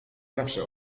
zawsze